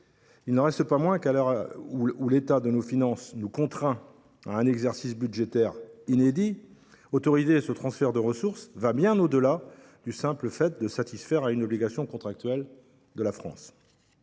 Il n’en reste pas moins que, à l’heure où l’état de nos finances nous contraint à un exercice budgétaire inédit, autoriser ce transfert de ressources va bien au delà du simple fait de satisfaire à une obligation contractuelle de la France.